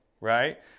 right